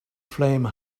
flame